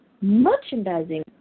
merchandising